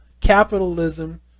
capitalism